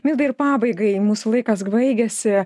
milda ir pabaigai mūsų laikas baigiasi